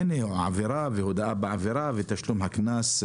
זאת עבירה והודאה בעבירה ותשלום הקנס,